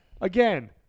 Again